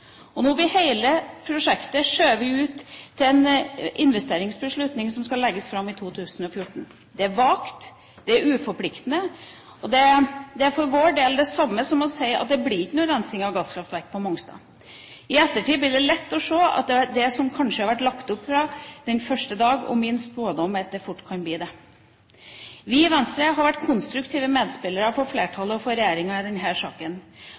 Og nå blir hele prosjektet skjøvet ut til en investeringsbeslutning som skal legges fram i 2014. Det er vagt, det er uforpliktende, og det er for vår del det samme som å si at det ikke blir noe rensing av gasskraftverket på Mongstad. I ettertid er det lett å se at det fort kan bli slik som det kanskje var lagt opp til fra første dag, og som var min spådom. Vi i Venstre har vært konstruktive medspillere for flertallet og for regjeringa i denne saken,